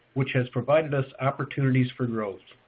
which has provided us opportunities for growth.